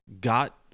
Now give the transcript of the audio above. got